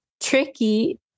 tricky